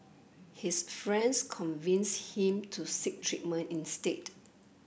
his friends convinced him to seek treatment instead